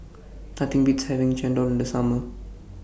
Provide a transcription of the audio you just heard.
Nothing Beats having Chendol in The Summer